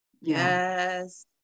Yes